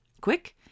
quick